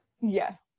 Yes